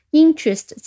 interest